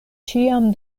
ĉiam